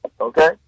Okay